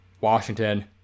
Washington